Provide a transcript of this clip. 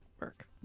work